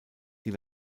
die